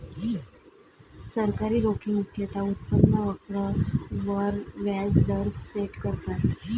सरकारी रोखे मुख्यतः उत्पन्न वक्र वर व्याज दर सेट करतात